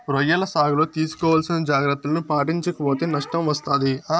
రొయ్యల సాగులో తీసుకోవాల్సిన జాగ్రత్తలను పాటించక పోతే నష్టం వస్తాది